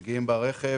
הם מגיעים ברכב,